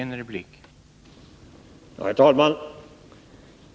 Herr talman!